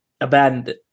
abandoned